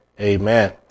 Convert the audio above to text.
Amen